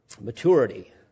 maturity